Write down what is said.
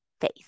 faith